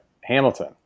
Hamilton